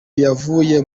yavuye